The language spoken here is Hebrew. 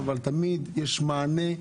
אבל תמיד יש מענה,